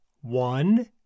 One